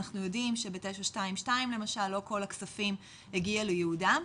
אנחנו יודעים שב- 922 לא כל הכספים הגיעו לייעודם,